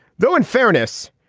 though in fairness,